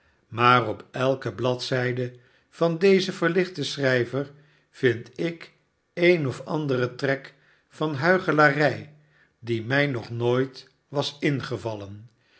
maar op elke bladzijde van dezen verlichten schrijver vind ik een of anderen trek van huichelarij die mij nog nooit was ingevallen